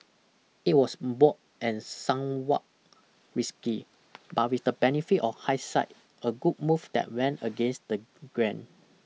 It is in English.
it was bold and somewhat risky but with the benefit of hindsight a good move that went against the grain